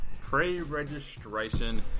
Pre-registration